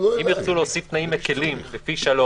אם ירצו להוסיף תנאים מקלים לפי (3),